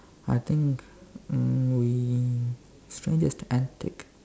I think mm we strangest antic